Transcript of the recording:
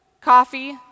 coffee